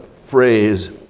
phrase